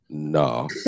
No